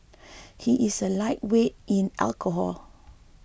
he is a lightweight in alcohol